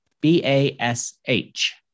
B-A-S-H